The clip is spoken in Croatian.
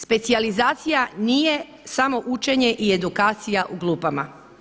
Specijalizacija nije samo učenje i edukacija u klupama.